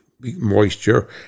moisture